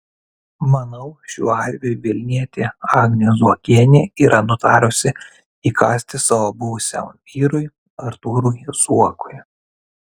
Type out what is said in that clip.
manau šiuo atveju vilnietė agnė zuokienė yra nutarusi įkąsti savo buvusiam vyrui artūrui zuokui